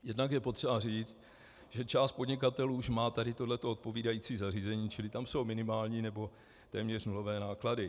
Jednak je potřeba říct, že část podnikatelů už má toto odpovídající zařízení, čili tam jsou minimální nebo téměř nulové náklady.